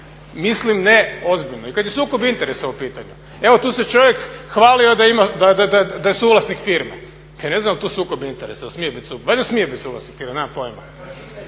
mislim ne ozbiljno. I kada je sukob interesa u pitanju. Evo tu se čovjek hvalio da je suvlasnik firme. Kaj ne zna je li to sukob interesa, jel smije biti suvlasnik,